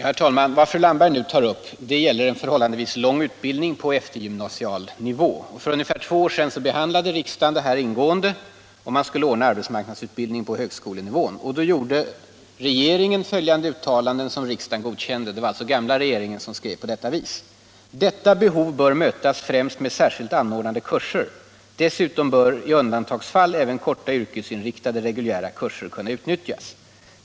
Herr talman! Vad fru Landberg delvis talar om är en förhållandevis lång utbildning på eftergymnasial nivå. För ungefär två år sedan behandlade riksdagen ingående frågan, om man skulle anordna arbetsmarknadsutbildning på högskolenivå. Den gamla regeringen gjorde då följande uttalande, som riksdagen godkände: ”Detta behov bör —--—- mötas främst med särskilt anordnade kurser. Dessutom bör i undantagsfall även korta yrkesinriktade reguljära kurser kunna utnyttjas. -—-.